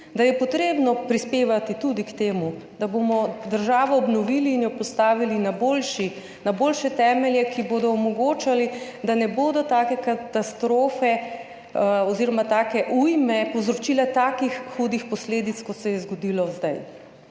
da je treba prispevati tudi k temu, da bomo državo obnovili in jo postavili na boljše temelje, ki bodo omogočali, da ne bodo take katastrofe oziroma take ujme povzročile takih hudih posledic, kot se je zgodilo zdaj.